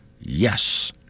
yes